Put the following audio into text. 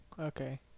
okay